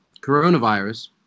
coronavirus